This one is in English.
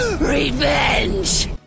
revenge